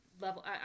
level